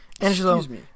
Angelo